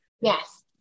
Yes